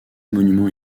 monument